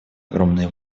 огромные